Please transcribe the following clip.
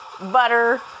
butter